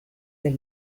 del